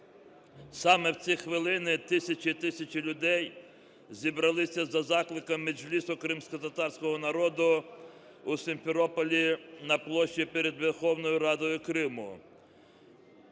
саме в ці хвилини тисячі і тисячі людей зібрались за закликами Меджлісу кримськотатарського народу у Сімферополі на площі перед Верховною Радою Криму.